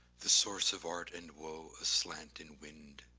the source of art and woe, a slant in wind,